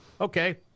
Okay